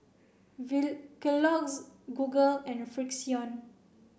Kellogg's Google and Frixion